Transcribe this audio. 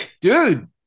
Dude